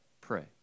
pray